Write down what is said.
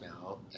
now